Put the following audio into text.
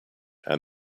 and